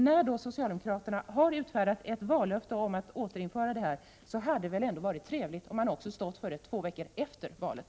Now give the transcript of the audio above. När socialdemokraterna då utfärdat ett vallöfte om att återinföra detta anslag hade det ändå varit trevligt om man stått för löftet två veckor efter valet.